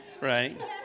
Right